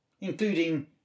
including